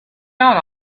out